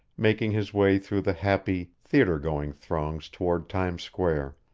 making his way through the happy, theater-going throngs toward times square.